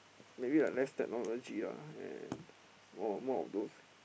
maybe like les technology ah and more more of those